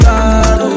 God